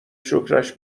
شکرش